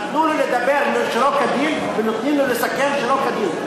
נתנו לו לדבר שלא כדין ונותנים לו לסכם שלא כדין.